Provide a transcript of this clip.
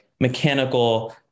mechanical